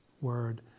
word